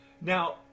Now